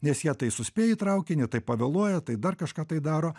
nes jie tai suspėj į traukinį tai pavėluoja tai dar kažką tai daro